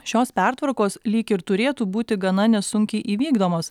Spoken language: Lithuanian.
šios pertvarkos lyg ir turėtų būti gana nesunkiai įvykdomos